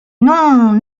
non